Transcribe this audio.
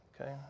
okay